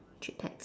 three packs